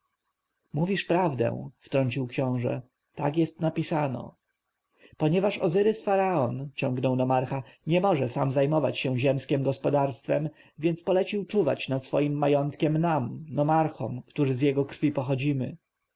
mówisz prawdę wtrącił książę tak jest napisano ponieważ ozyrys-faraon ciągnął nomarcha nie może sam zajmować się ziemskiem gospodarstwem więc polecił czuwać nad swoim majątkiem nam nomarchom którzy z jego krwi pochodzimy